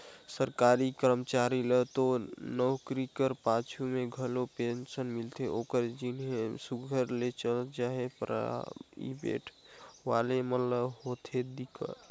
सरकारी करमचारी ल तो नउकरी कर पाछू में घलो पेंसन मिलथे ओकर जिनगी हर सुग्घर ले चइल जाथे पराइबेट वाले मन ल होथे दिक्कत